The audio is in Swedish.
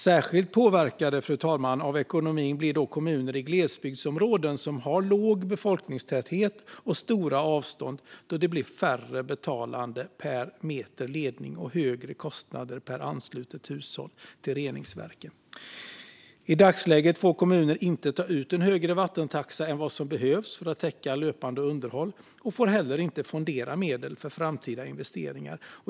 Särskilt påverkade av ekonomin, fru talman, blir kommuner i glesbygdsområden som har låg befolkningstäthet och stora avstånd då det blir färre betalande per meter ledning och högre kostnader per hushåll som ansluts till reningsverken. I dagsläget får kommuner inte ta ut en högre vattentaxa än vad som behövs för att täcka löpande underhåll, och de får heller inte fondera medel för framtida investeringar.